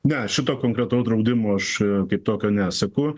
ne šito konkretau draudimo aš kaip tokio neseku